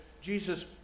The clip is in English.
Jesus